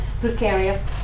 precarious